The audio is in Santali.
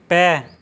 ᱯᱮ